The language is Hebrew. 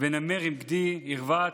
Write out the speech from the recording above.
ונמר עם גדי ירבוץ,